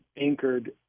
anchored